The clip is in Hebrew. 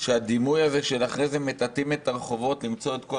כשהדימוי הזה שאחרי זה מטאטאים את הרחובות למצוא את כל